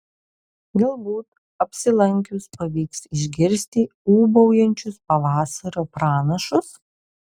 galbūt apsilankius pavyks išgirsti ūbaujančius pavasario pranašus